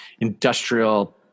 industrial